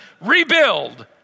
rebuild